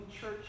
church